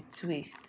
twist